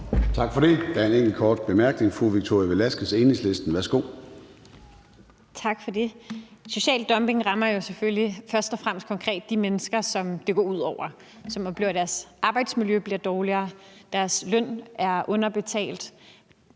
Tak for det. Der er en enkelt kort bemærkning. Fru Victoria Velasquez, Enhedslisten. Værsgo. Kl. 13:18 Victoria Velasquez (EL): Tak for det. Social dumping rammer jo selvfølgelig først og fremmest konkret de mennesker, som det går ud over. Det er dem, som oplever, at deres arbejdsmiljø bliver dårligere. Det er dem, som er underbetalt